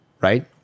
Right